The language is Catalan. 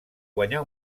guanyar